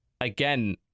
again